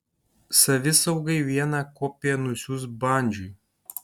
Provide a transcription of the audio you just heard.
savisaugai vieną kopiją nusiųs bandžiui